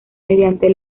mediante